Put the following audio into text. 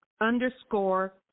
underscore